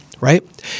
right